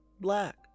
black